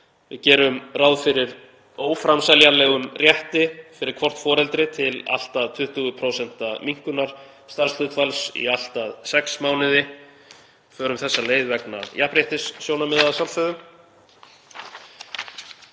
Við gerum ráð fyrir óframseljanlegum rétti fyrir hvort foreldri til allt að 20% minnkunar starfshlutfalls í allt að sex mánuði. Við förum þessa leið vegna jafnréttissjónarmiða, að sjálfsögðu.